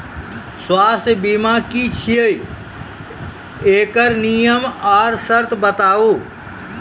स्वास्थ्य बीमा की छियै? एकरऽ नियम आर सर्त बताऊ?